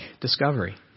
discovery